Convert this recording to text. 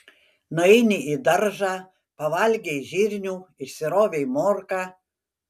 nueini į daržą pavalgei žirnių išsirovei morką